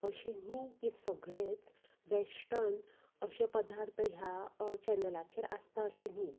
अशें न्ही की सगळेंच वेस्टन अशे पदार्थ ह्या चॅनलाचेर आसता अशें न्ही